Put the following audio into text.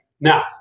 now